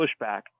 pushback